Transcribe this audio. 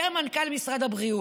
אומר מנכ"ל משרד הבריאות,